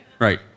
Right